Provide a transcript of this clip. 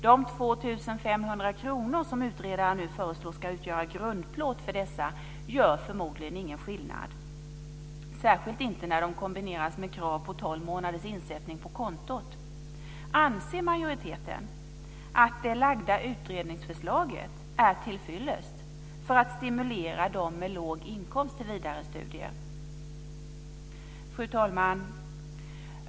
De 2 500 kr som utredaren nu föreslår ska utgöra grundplåt för dessa gör förmodligen ingen skillnad, särskilt inte när de kombineras med krav på tolv månaders insättning på kontot. Anser majoriteten att det framlagda utredningsförslaget är till fyllest för att stimulera dem som har låg inkomst till vidare studier? Fru talman!